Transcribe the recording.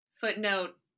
Footnote